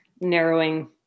narrowing